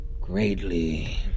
greatly